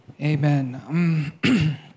Amen